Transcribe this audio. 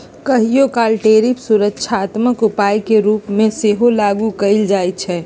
कहियोकाल टैरिफ सुरक्षात्मक उपाय के रूप में सेहो लागू कएल जाइ छइ